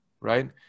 Right